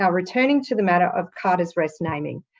and returning to the matter of carter's rest naming.